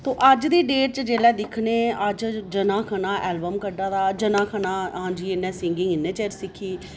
ओह् अज्ज दी डेट च दिक्खने अज्ज जना खना एल्बम कड्ढा दा जना खना हां जी सिंगिंग इ'न्ना चिर सिक्खी